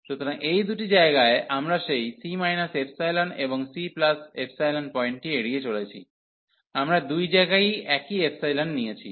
সুতরাং এই দুটি জায়গায় আমরা সেই c ϵ এবং cϵ পয়েন্টটি এড়িয়ে চলেছি আমরা দুই জায়গায়ই একই নিয়েছি